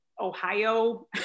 Ohio